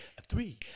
three